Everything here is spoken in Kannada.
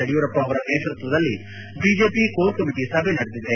ಯಡಿಯೂರಪ್ಪ ಅವರ ನೇತೃತ್ವದಲ್ಲಿ ಬಿಜೆಪಿ ಕೋರ್ ಕಮಿಟಿ ಸಭೆ ನಡೆದಿದೆ